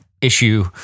issue